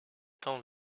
tend